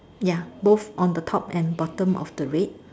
ya both on the top and bottom of the red